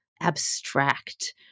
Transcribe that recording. abstract